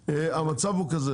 המצב הוא כזה